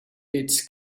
its